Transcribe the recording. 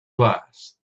glass